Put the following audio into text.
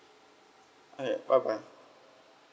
alright bye bye